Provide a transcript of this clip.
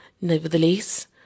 Nevertheless